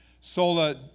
sola